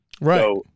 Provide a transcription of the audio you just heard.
Right